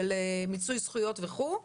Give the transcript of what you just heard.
של מיצוי זכויות וכולי.